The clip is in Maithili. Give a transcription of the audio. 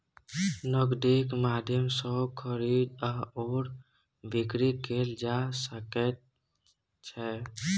नगदीक माध्यम सँ खरीद आओर बिकरी कैल जा सकैत छै